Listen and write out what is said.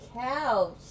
couch